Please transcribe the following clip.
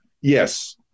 Yes